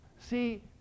See